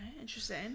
interesting